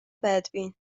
بدبین